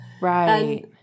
Right